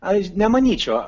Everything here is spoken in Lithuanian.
aš nemanyčiau